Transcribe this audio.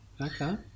okay